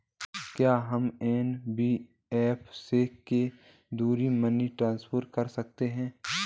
क्या हम एन.बी.एफ.सी के द्वारा मनी ट्रांसफर कर सकते हैं?